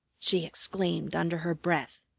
she exclaimed under her breath.